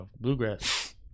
bluegrass